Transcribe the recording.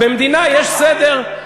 במדינה יש סדר.